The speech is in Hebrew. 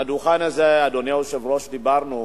הדוכן הזה, אדוני היושב-ראש, דיברנו